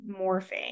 morphing